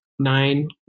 nine